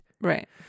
Right